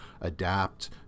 adapt